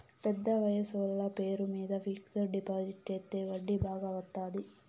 పెద్ద వయసోళ్ల పేరు మీద ఫిక్సడ్ డిపాజిట్ చెత్తే వడ్డీ బాగా వత్తాది